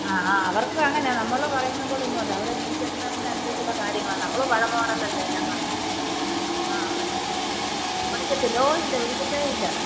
ആ ആ അവർക്കും അങ്ങനെയാണ് നമ്മള് പറയുന്നത് പോലെ ഒന്നുമല്ല അവര് ന്യൂ ജനറഷൻ അനുസരിച്ചുള്ള കാര്യങ്ങളാണ് നമ്മള് പഴയ മോഡലല്ലേ എല്ലാം പറയുന്നത് ആ അതുതന്നെ വിളിച്ചിട്ട് ഇല്ല ഓ വിളിച്ചിട്ടേ ഇല്ല